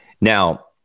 Now